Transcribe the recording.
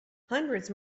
hundreds